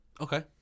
Okay